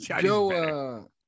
Joe